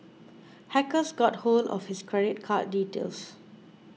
hackers got hold of his credit card details